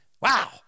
Wow